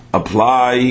apply